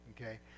Okay